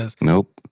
Nope